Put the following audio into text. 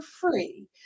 free